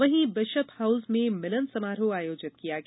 वही bishop house में मिलन समारोह आयोजित किया गया